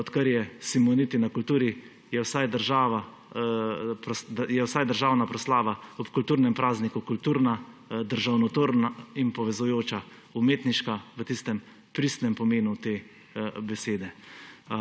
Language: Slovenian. da odkar je Simoniti na kulturi, je vsaj državna proslava ob kulturnem prazniku kulturna, državotvorna in povezujoča, umetniška v tistem pristnem pomenu te besede.